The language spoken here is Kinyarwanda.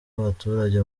abaturage